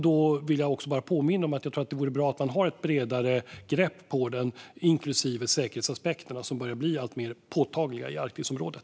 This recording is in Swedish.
Då vill jag också bara påminna om att det vore bra om man hade ett bredare grepp om den - inklusive säkerhetsaspekterna, som börjar bli alltmer påtagliga i Arktisområdet.